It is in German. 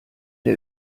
der